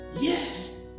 yes